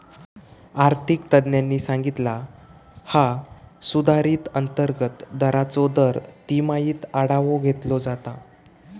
आर्थिक तज्ञांनी सांगितला हा सुधारित अंतर्गत दराचो दर तिमाहीत आढावो घेतलो जाता